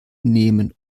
nehmen